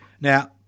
Now